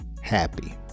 happy